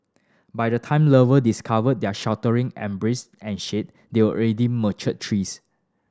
by the time lover discovered their sheltering embrace and shade they already mature trees